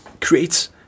creates